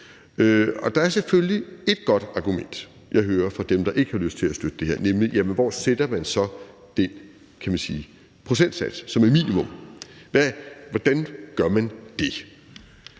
Der er selvfølgelig ét godt argument, jeg hører, fra dem, der ikke har lyst til at støtte det her, nemlig: Hvor sætter man så den procentsats, som er minimum? Hvordan gør man det?